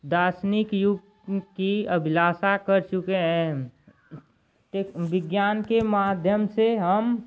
दार्शनिक युग की अभिलाषा कर चुके है विज्ञान के माध्यम से हम